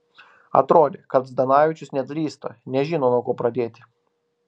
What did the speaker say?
atrodė kad zdanavičius nedrįsta nežino nuo ko pradėti